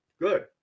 good